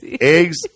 Eggs